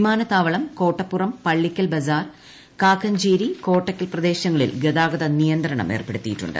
വിമാനത്താവളം കൊട്ടപ്പുറം പള്ളിക്കൽ ബസാർ കാക്കഞ്ചേരി കോട്ടക്കൽ പ്രദേശങ്ങളിൽ ഗതാഗത നിയന്ത്രണം ഏർപ്പെടുത്തിയിട്ടുണ്ട്